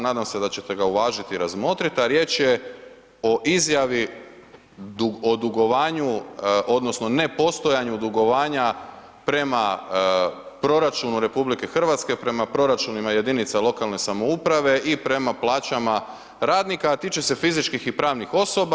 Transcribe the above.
Nadam se da ćete ga uvažiti i razmotriti, a riječ je o izjavi o dugovanju odnosno o nepostojanju dugovanja prema proračunu Republike Hrvatske prema proračunima jedinica lokalne samouprave i prema plaćama radnika, a tiče se fizičkih i pravnih osoba.